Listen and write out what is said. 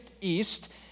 east